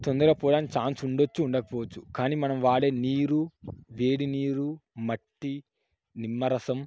తొందరగా పోవడానికి చాన్స్ ఉండవచ్చు ఉండక పోవచ్చు కానీ మనం వాడే నీరు వేడి నీరు మట్టి నిమ్మరసం